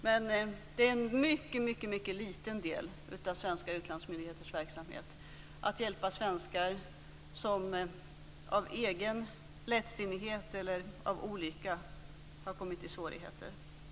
Men det är en mycket liten del av svenska utlandsmyndigheters verksamhet att hjälpa svenskar som av egen lättsinnighet eller på grund av olycka har kommit i svårigheter.